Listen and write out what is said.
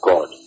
God